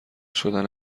شدن